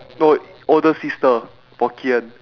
no older sister for ki-en